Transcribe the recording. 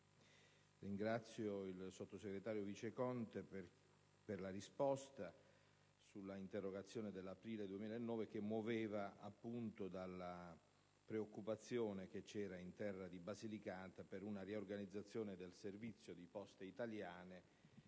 ringrazio il sottosegretario Viceconte per la risposta all'interrogazione dell'aprile 2009, che muoveva dalla preoccupazione che c'era in terra di Basilicata per una riorganizzazione del servizio di Poste italiane